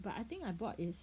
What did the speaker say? but I think I bought is